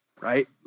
right